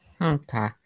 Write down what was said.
Okay